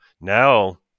now